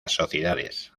sociedades